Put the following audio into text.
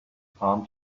palm